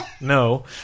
no